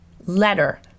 letter